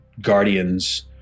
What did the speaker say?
Guardians